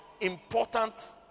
important